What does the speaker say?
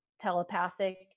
telepathic